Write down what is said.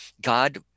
god